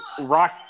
Rock